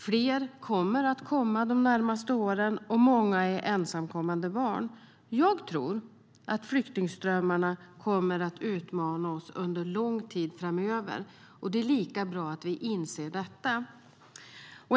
Fler kommer att komma de närmaste åren, och många är ensamkommande barn. Jag tror att flyktingströmmarna kommer att utmana oss under en lång tid framöver. Det är lika bra att vi inser detta.